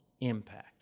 impact